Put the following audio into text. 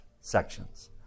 sections